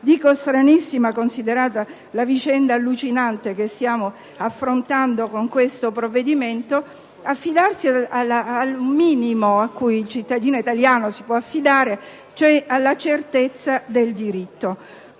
- stranissima alla luce della vicenda allucinante che stiamo affrontando con questo provvedimento - al minimo a cui il cittadino italiano si può affidare, cioè alla certezza del diritto.